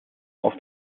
auf